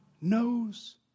knows